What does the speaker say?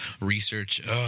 research